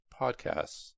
podcasts